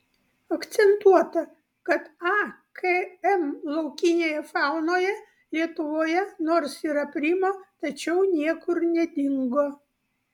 akcentuota kad akm laukinėje faunoje lietuvoje nors ir aprimo tačiau niekur nedingo